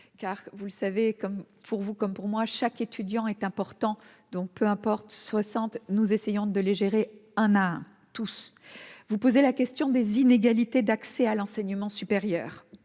car vous le savez comme. Pour vous comme pour moi, chaque étudiant est important donc peu importe 60, nous essayons de les gérer un à tous, vous posez la question des inégalités d'accès à l'enseignement supérieur,